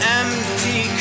empty